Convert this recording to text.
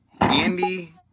Andy